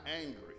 angry